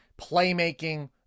playmaking